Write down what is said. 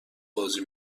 بازی